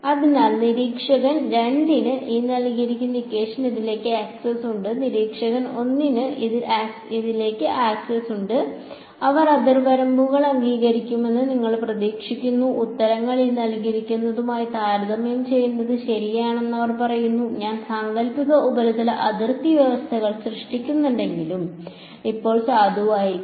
അതിനാൽ നിരീക്ഷകൻ 2 ന് ഇതിലേക്ക് ആക്സസ് ഉണ്ട് നിരീക്ഷകൻ 1 ന് ഇതിലേക്ക് ആക്സസ് ഉണ്ട് അവർ അതിർവരമ്പുകൾ അംഗീകരിക്കുമെന്ന് നിങ്ങൾ പ്രതീക്ഷിക്കുന്ന ഉത്തരങ്ങൾ താരതമ്യം ചെയ്യുന്നത് ശരിയാണെന്ന് അവർ പറയുന്നു ഞാൻ സാങ്കൽപ്പിക ഉപരിതല അതിർത്തി വ്യവസ്ഥകൾ സൃഷ്ടിച്ചിട്ടുണ്ടെങ്കിലും ഇപ്പോഴും സാധുവായിരിക്കണം